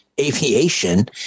aviation